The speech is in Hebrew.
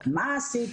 מה עשית,